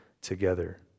together